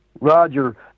Roger